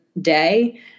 day